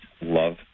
love